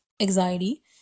anxiety